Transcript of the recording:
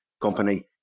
company